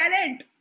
talent